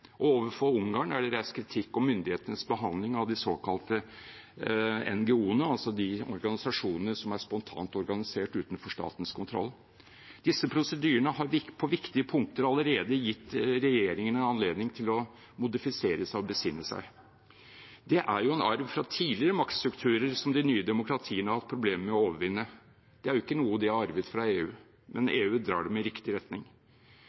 og overfor Ungarn er det reist kritikk om myndighetenes behandling av de såkalte NGO-ene, altså de organisasjonene som er spontant organisert utenfor statens kontroll. Disse prosedyrene har på viktige punkter allerede gitt regjeringen en anledning til å modifisere seg og besinne seg. Det er jo en arv fra tidligere maktstrukturer som de nye demokratiene har hatt problemer med å overvinne – det er ikke noe de har arvet fra EU, men EU drar dem i riktig retning.